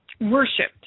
worshipped